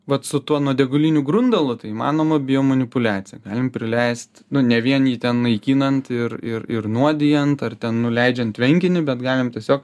vat su tuo nuodėguliniu grundalu įmanoma biomanipuliacija galim prileist ne vien jį ten naikinant ir ir ir nuodijant ar ten nuleidžiant tvenkinį bet galim tiesiog